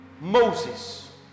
Moses